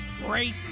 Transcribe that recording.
great